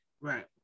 Right